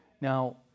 Now